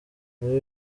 muri